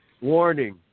Warning